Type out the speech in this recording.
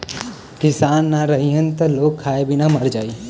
किसान ना रहीहन त लोग खाए बिना मर जाई